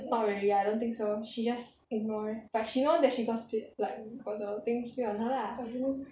not really I don't think so she just ignore but she know that she got spill like got the things spilt on her lah